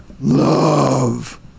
Love